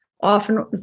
Often